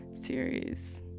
series